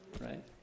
right